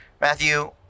Matthew